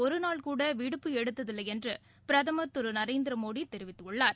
ஒருநாள் கூட விடுப்பு எடுத்ததில்லை என்று பிரதமர் திரு நரேந்திர மோடி தெரிவித்துள்ளார்